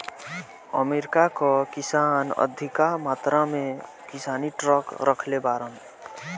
America कअ किसान अधिका मात्रा में किसानी ट्रक रखले बाड़न